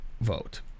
vote